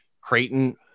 Creighton